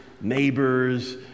neighbors